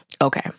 Okay